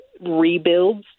rebuilds